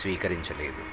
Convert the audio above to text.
స్వీకరించలేదు